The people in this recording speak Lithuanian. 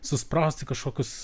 suspraust į kažkokius